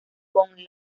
con